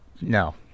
no